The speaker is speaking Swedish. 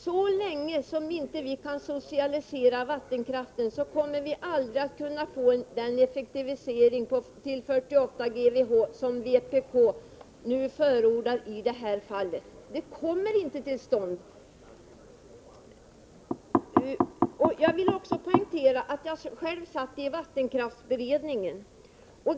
Så länge vi inte kan socialisera vattenkraften kommer vi inte att kunna få den effektivisering till 48 GWh som vpk förordat i det här fallet. Det kommer inte till stånd. Jag vill också poängtera att jag själv satt i vattenkraftsberedningen.